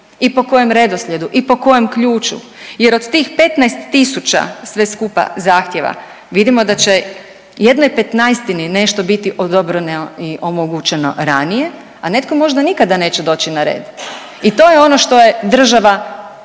i po kojem redoslijedu i po kojem ključu jer od tih 15 tisuća sve skupa zahtjeva, vidimo da će 1/15 nešto biti odobreno i omogućeno ranije, a netko možda nikada neće doći na red i to je ono što je država